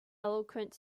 eloquent